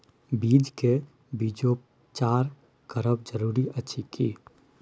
बीज के बीजोपचार करब जरूरी अछि की?